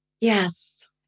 Yes